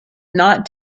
not